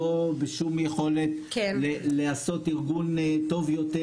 לא בשום יכולת לעשות ארגון טוב יותר